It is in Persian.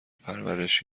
پرورش